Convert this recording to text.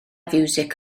fiwsig